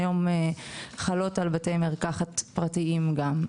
שהיום חלות על בתי מרקחת פרטיים גם.